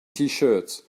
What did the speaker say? tshirts